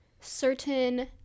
certain